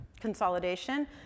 consolidation